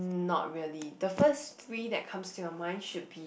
not really the first three that come your mind should be